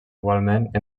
igualment